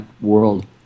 world